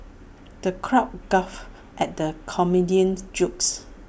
the crowd guffawed at the comedian's jokes